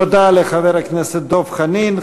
תודה לחבר הכנסת דב חנין.